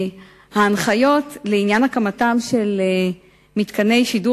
ההנחיות לעניין הקמתם של מתקני שידור